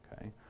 okay